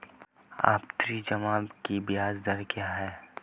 आवर्ती जमा की ब्याज दर क्या है?